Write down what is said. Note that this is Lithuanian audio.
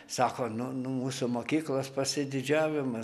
sako nu nu mūsų mokyklos pasididžiavimas